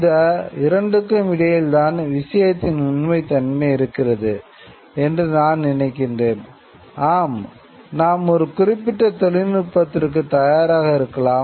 இந்த இரண்டுக்கும் இடையில்தான் விஷயத்தின் உண்மைத்தன்மை இருக்கிறது என்று நான் நினைக்கிறேன் ஆம் நாம் ஒரு குறிப்பிட்ட தொழில்நுட்பத்திற்கு தயாராக இருக்கலாம்